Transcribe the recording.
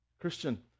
Christian